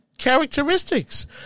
characteristics